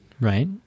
right